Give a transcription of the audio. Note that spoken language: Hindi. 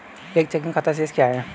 एक चेकिंग खाता शेष क्या है?